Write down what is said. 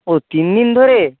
ও তিন দিন ধরে